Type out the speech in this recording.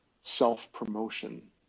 self-promotion